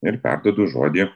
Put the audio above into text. ir perduodu žodį